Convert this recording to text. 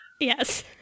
Yes